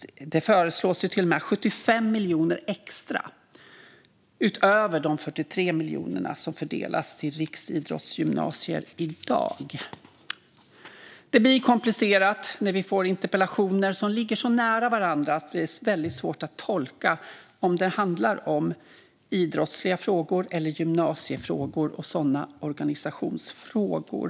Det föreslås till och med 75 miljoner extra utöver de 43 miljoner som fördelas till riksidrottsgymnasier i dag. Det blir komplicerat när vi får interpellationer som ligger så nära varandra, och det blir väldigt svårt att tolka om det handlar om idrottsliga frågor eller gymnasiefrågor och sådana organisationsfrågor.